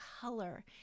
color